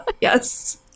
yes